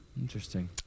Interesting